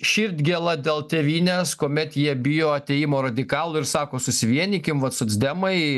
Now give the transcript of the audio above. širdgėla dėl tėvynės kuomet jie bijo atėjimo radikalų ir sako susivienykim vat socdemai